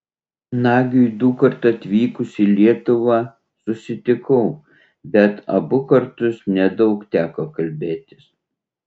nagiui dukart atvykus į lietuvą susitikau bet abu kartus nedaug teko kalbėtis